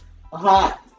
hot